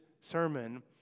sermon